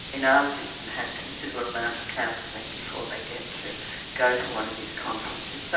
in our system, have considerable amount of counseling before they get to go to one of these conferences. so,